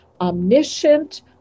omniscient